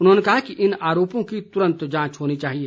उन्होंने कहा कि इन आरोपों की तुरंत जांच होनी चाहिए